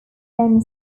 then